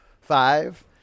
Five